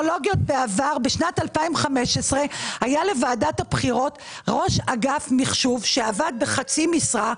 בשנת 2015 היה לוועדת הבחירות ראש אגף מחשוב שעבד בחצי משרה.